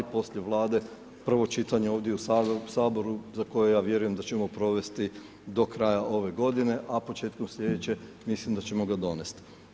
Poslije Vlade prvo čitanje ovdje u Saboru za koje ja vjerujem da ćemo provesti do kraja ove godine, a početkom slijedeće mislim da ćemo ga donest.